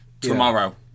tomorrow